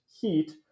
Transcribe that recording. Heat